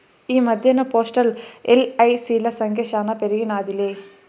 ఈ మద్దెన్న పోస్టల్, ఎల్.ఐ.సి.ల సంఖ్య శానా పెరిగినాదిలే